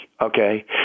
okay